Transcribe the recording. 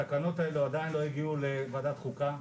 התקנות האלה עדיין לא הגיעו לוועדת חוקה,